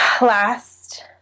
last